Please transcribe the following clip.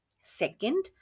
Second